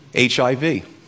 HIV